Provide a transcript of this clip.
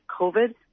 COVID